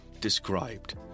described